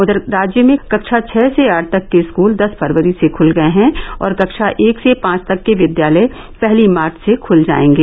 उधर राज्य में कक्षा छ से आठ तक के स्कूल दस फरवरी से खुल गए हैं और कक्षा एक से पांच तक के विद्यालय पहली मार्च से खुल जायेंगे